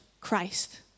Christ